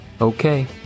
Okay